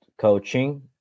coaching